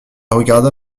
regarda